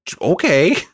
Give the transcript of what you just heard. okay